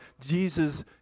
Jesus